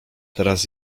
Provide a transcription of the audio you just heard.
teraz